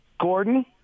Gordon